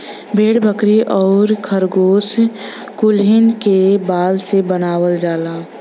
भेड़ बकरी आउर खरगोस कुलहीन क बाल से बनावल जाला